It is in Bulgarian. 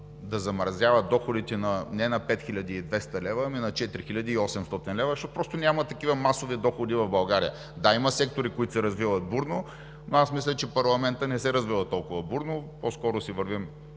да замразява доходите не на 5200 лв., а на 4800 лв., защото просто няма такива масови доходи в България. Да, има сектори, които се развиват бурно, но аз мисля, че парламентът не се развива толкова бурно – по-скоро си вървим